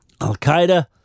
Al-Qaeda